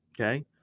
okay